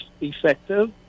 effective